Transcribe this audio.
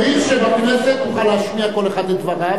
צריך שבכנסת יוכל להשמיע כל אחד את דבריו,